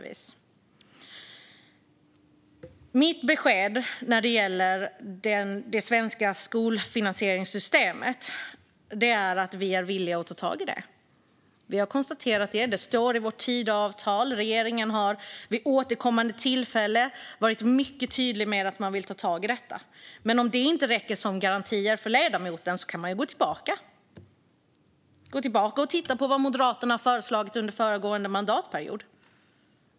Mitt besked om det svenska skolfinansieringssystemet är att vi är villiga att ta tag i det. Det står i Tidöavtalet, och regeringen har återkommande varit tydlig med att man vill ta tag i detta. Om detta inte räcker som garanti för ledamoten kan han gå tillbaka och titta på vad Moderaterna föreslog under föregående mandatperiod.